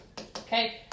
Okay